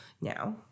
now